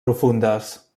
profundes